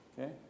Okay